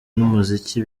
n’umuziki